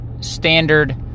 standard